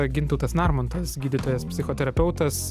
gintautas narmontas gydytojas psichoterapeutas